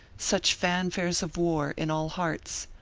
such fanfares of war, in all hearts.